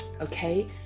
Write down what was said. okay